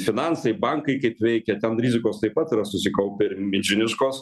finansai bankai kaip veikia ten rizikos taip pat yra susikaupę ir milžiniškos